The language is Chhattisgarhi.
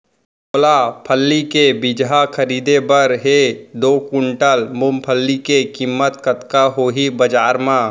मोला फल्ली के बीजहा खरीदे बर हे दो कुंटल मूंगफली के किम्मत कतका होही बजार म?